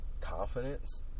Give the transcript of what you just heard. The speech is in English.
confidence